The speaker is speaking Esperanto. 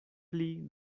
pli